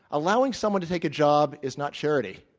allowing someone to take a job is not charity.